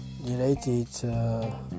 related